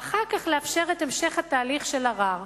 ואחר כך לאפשר את המשך התהליך של ערר.